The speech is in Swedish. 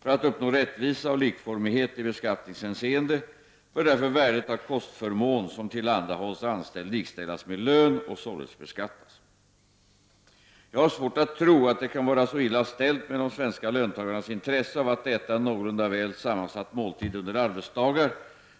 För att uppnå rättvisa och likformighet i beskattningshänseende bör därför värdet av kostförmån som tillhandahålls anställd likställas med lön och således beskattas. Jag har svårt att tro att det kan vara så illa ställt med de svenska löntagarnas intresse av att äta en någorlunda väl sammansatt måltid under arbetsdagar,